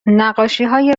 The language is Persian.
نقاشیهای